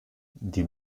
die